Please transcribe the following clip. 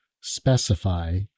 specify